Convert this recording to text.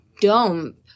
dump